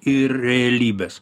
ir realybės